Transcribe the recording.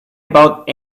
about